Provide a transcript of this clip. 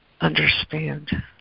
understand